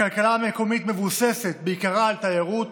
הכלכלה המקומית מבוססת בעיקרה על תיירות